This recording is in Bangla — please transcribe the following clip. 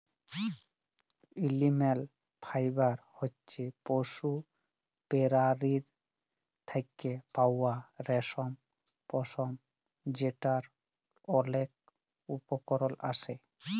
এলিম্যাল ফাইবার হছে পশু পেরালীর থ্যাকে পাউয়া রেশম, পশম যেটর অলেক উপকরল আসে